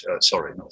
sorry